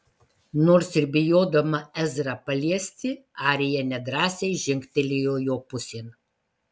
nors ir bijodama ezrą paliesti arija nedrąsiai žingtelėjo jo pusėn